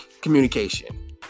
communication